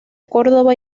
córdoba